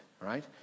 right